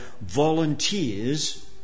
volunteers